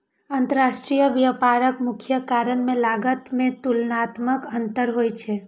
अंतरराष्ट्रीय व्यापारक मुख्य कारण मे लागत मे तुलनात्मक अंतर होइ छै